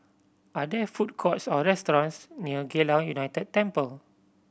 are there food courts or restaurants near Geylang United Temple